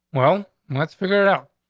well, let's figure it out.